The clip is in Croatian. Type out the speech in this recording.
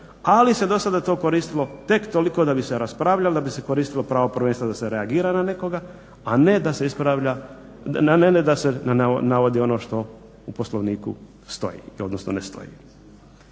ali se to do sada koristilo tek toliko da bi se raspravljalo da se koristilo pravo prvenstva da se reagira na nekoga a ne da se navodi ono što u poslovniku stoji odnosno ne stoji.